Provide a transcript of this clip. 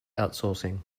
outsourcing